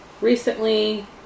recently